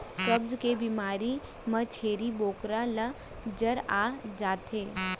कब्ज के बेमारी म छेरी बोकरा ल जर आ जाथे